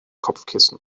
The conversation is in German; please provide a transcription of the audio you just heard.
kopfkissen